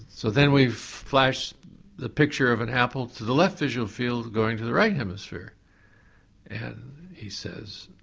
so then we've flashed the picture of an apple to the left visual field going to the right hemisphere and he says,